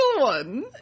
one